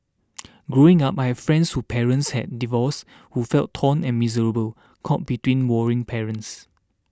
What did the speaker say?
growing up I had friends who parents had divorced who felt torn and miserable caught between warring parents